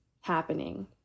happening